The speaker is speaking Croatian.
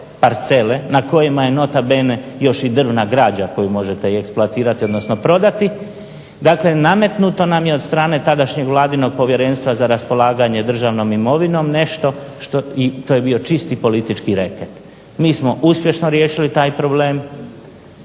na kojima je nota bene još i drvna građa koju možete eksploatirati odnosno prodati, dakle nametnuto nam je od strane tadašnjeg vladinog Povjerenstva za raspolaganje državnom imovinom nešto i to je bio čisti politički reket. Mi smo uspješno riješili taj problem,